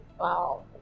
Wow